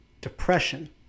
depression